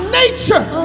nature